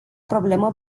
problemă